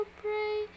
pray